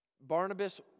Barnabas